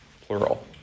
plural